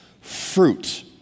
fruit